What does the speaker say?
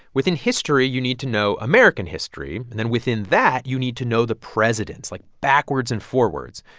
within history, you need to know american history. and then within that, you need to know the presidents, like, backwards and forwards.